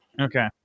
Okay